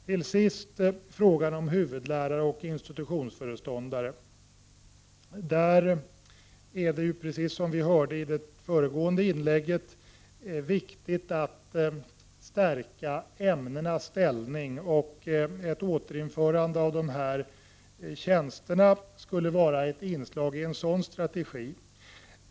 Till sist några ord om frågan om huvudläraroch institutionsföreståndartjänster. Där är det, precis som vi hörde i det föregående inlägget, viktigt att stärka ämnenas ställning. Ett återinförande av dessa tjänster skulle vara ett inslag i en sådan strategi.